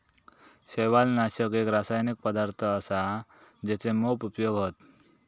शैवालनाशक एक रासायनिक पदार्थ असा जेचे मोप उपयोग हत